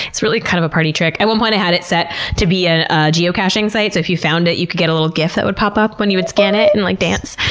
it's really kind of a party trick. at one point i had it set to be ah a geocaching site so if you found it, you could get a little gif that would pop up when you would scan it and, like, dance.